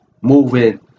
moving